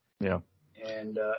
yeah—and